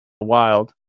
wild